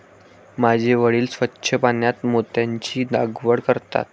माझे वडील स्वच्छ पाण्यात मोत्यांची लागवड करतात